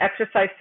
exercise